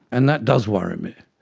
and that does worry me.